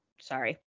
sorry